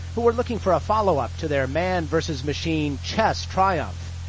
who were looking for a follow-up to their man-versus-machine chess triumph.